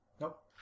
Nope